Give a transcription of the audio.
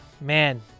Man